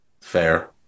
Fair